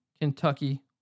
kentucky